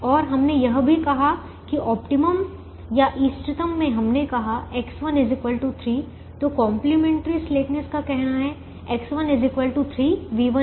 और हमने यह भी कहा कि ऑप्टिमम इष्टतम में हमने कहा X1 3 तो कंप्लीमेंट्री स्लेकनेस का कहना है X1 3 V1 0